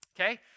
okay